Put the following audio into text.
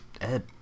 Ed